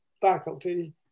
faculty